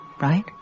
right